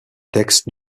texte